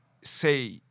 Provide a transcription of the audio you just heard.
say